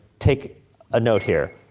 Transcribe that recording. take a note here.